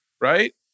right